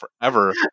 forever